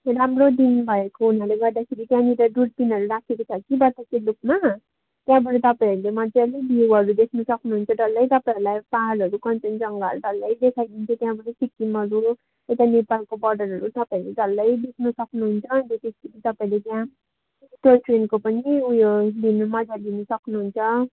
राम्रो दिन भएको हुनाले गर्दाखेरि त्यहाँनेर दुर्बिनहरू राखेको छ कि बतासे लुपमा त्यहाँबाट तपाईँहरूले मजाले भ्युहरू देख्नु सक्नु हुन्छ डल्लै तपाईँहरूलाई पहाडहरू कञ्चनजङ्घाहरू डल्लै देखाइदिन्छ त्यहाँबाट सिक्किमहरू यता नेपालको बर्डरहरू तपाईँहरू डल्लै देख्नु सक्नु हुन्छ अन्त त्यस पछि तपाईँहरूले त्यहाँ टोय ट्रेनको पनि उयो लिनु मजा लिनु सक्नु हुन्छ